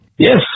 Yes